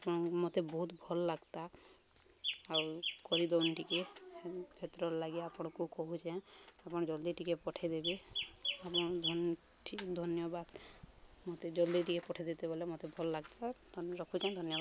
ଆପଣ ମୋତେ ବହୁତ ଭଲ ଲାଗ୍ତା ଆଉ କରିଦଉନ ଟିକେ ହେତ୍ରର ଲାଗି ଆପଣଙ୍କୁ କହୁଛେଁ ଆପଣ ଜଲ୍ଦି ଟିକେ ପଠେଇଦବେ ଆପଣ ଧନ୍ୟବାଦ୍ ମୋତେ ଜଲ୍ଦି ଟିକେ ପଠେଇଦେଇତେ ବଲେ ମତେ ଭଲ ଲାଗ୍ତା ରଖୁଛେ ଧନ୍ୟବାଦ୍